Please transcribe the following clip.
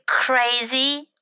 crazy